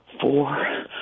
Four